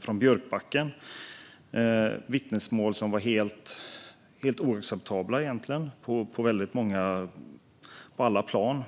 från Björkbacken. Det var vittnesmål som var helt oacceptabla på alla plan.